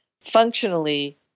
functionally